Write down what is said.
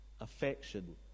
affection